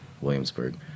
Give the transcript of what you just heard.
Williamsburg